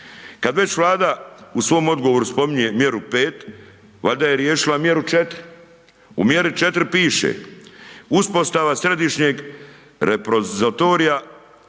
Kad već Vlada u svom odgovoru spominje mjeru 5., valjda je riješila mjeru 4., u mjeri 4. piše uspostava središnjeg repozitorija